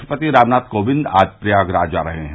राष्ट्रपति रामनाथ कोविंद आज प्रयागराज आ रहे हैं